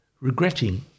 regretting